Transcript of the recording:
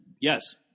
Yes